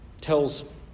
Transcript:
tells